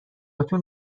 هاتون